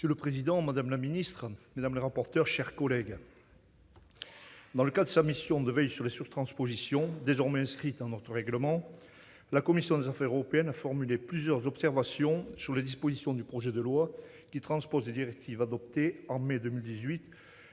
Monsieur le président, madame la secrétaire d'État, mes chers collègues, dans le cadre de sa mission de veille sur les surtranspositions- désormais inscrite dans notre règlement -, la commission des affaires européennes a formulé plusieurs observations sur les dispositions du projet de loi qui transposent les directives adoptées au mois